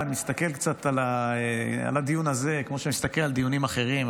ואני מסתכל קצת על הדיון הזה כמו שאני מסתכל על דיונים אחרים,